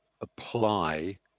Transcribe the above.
apply